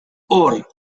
hor